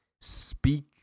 speak